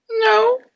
No